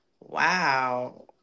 wow